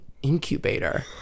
incubator